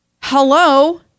Hello